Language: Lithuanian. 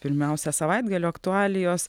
pirmiausia savaitgalio aktualijos